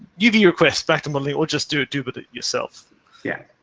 uv request back to modeling or just do it, do but it yourself yeah.